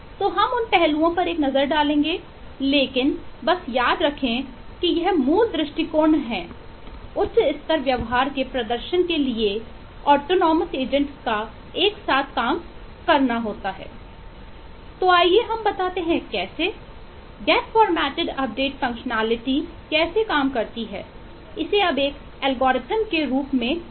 तो हम उन पहलुओं पर एक नज़र डालेंगे लेकिन बस याद रखें कि यह मूल दृष्टिकोण है उच्च स्तर व्यवहार के प्रदर्शन के लिए कई ऑटोनॉमस एजेंट नहीं है